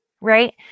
right